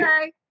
okay